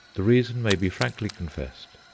the reason may be frankly confessed.